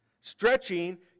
Stretching